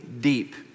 deep